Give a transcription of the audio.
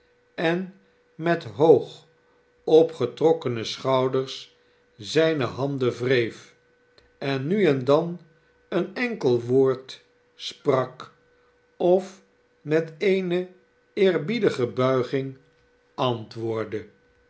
en met hoog opgetrokkene schouders zijne handenwreef en nuen dan een enkel woord sprak of met eene eerbiedige buiging antwoordde